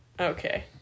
Okay